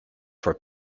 for